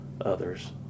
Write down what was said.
others